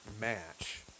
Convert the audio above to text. match